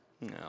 No